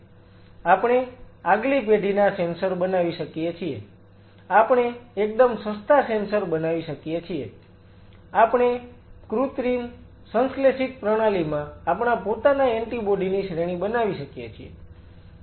આપણે આગલી પેઢીના સેન્સર બનાવી શકીએ છીએ આપણે એકદમ સસ્તા સેન્સર બનાવી શકીએ છીએ આપણે કૃત્રિમ સંશ્લેષિત પ્રણાલીમાં આપણા પોતાના એન્ટિબોડી ની શ્રેણી બનાવી શકીએ છીએ